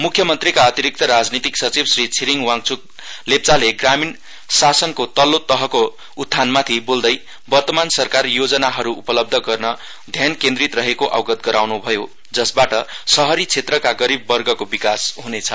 म्ख्यमन्त्रीका अतिरिक्त राजनीतिक सचिव श्री छिरिङ वाङच्क लेप्चाले ग्रामीण शासनको तल्लो तहको उत्थानमाथि बोल्दै वर्तमान सरकार योजनाहरु उपलब्ध गर्न ध्यान केन्द्रित रहेको आस्वासन दिन् भयो जसबाट शहरी क्षेत्रका गरीबवर्गको विकास हुनेछ